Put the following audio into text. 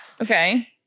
Okay